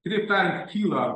kitaip tariant kyla